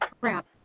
crap